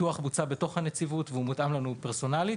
הפיתוח בוצע בתוך הנציבות והוא הותאם לנו פרסונלית.